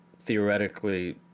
theoretically